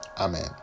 amen